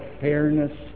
fairness